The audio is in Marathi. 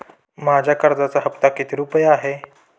माझ्या कर्जाचा हफ्ता किती रुपये आहे?